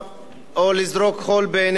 או לזרוק, חול בעיני אנשים.